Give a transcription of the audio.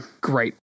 great